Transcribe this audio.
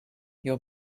your